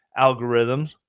algorithms